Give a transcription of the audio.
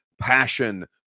passion